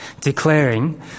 declaring